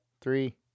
three